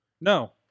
No